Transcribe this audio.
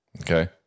Okay